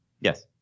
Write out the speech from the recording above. Yes